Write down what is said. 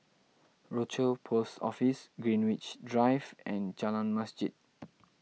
Rochor Post Office Greenwich Drive and Jalan Masjid